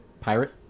pirate